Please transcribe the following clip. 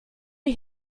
wir